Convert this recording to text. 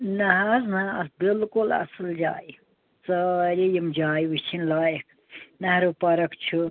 نَہ حظ نَہ بلکل اصٕل جایہِ سٲری یِم جایہِ وُچھِنۍ لایِق نہروٗ پارَک چھِ